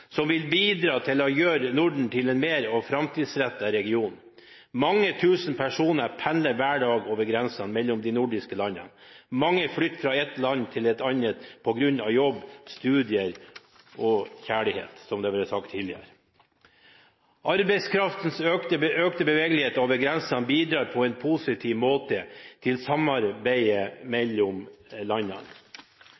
som vil bidra til å gjøre Norden til en mer framtidsrettet region. Mange tusen personer pendler hver dag over grensene mellom de nordiske landene. Mange flytter fra et land til et annet på grunn av jobb, studier – og kjærlighet, som det ble sagt tidligere. Arbeidskraftens økte bevegelighet over grensene bidrar på en positiv måte til samarbeidet